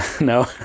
No